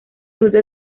fruto